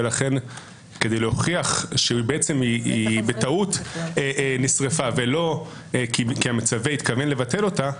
כדי להוכיח שהיא נשרפה בטעות ולא שהמצווה התכוון לבטל אותה,